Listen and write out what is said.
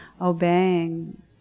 obeying